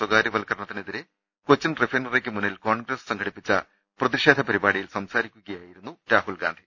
സ്വകാര്യ വൽക്കരണത്തിനെതിരേ കൊച്ചിൻ റിഫൈനറിക്ക് മുന്നിൽ കോൺഗ്രസ് സംഘടിപ്പിച്ച പ്രതിഷേധ പരിപാടിയിൽ സംസാരിക്കുകയായിരുന്നു രാഹുൽഗാന്ധി